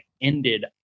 ended